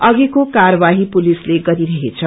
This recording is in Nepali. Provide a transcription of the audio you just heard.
अधिको कारवाही पुलिसले गरिरहेछ